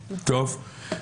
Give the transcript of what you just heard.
תודה.